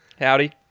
Howdy